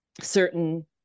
certain